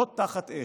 לא תחת אש,